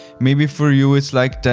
maybe for you, it's like